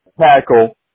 tackle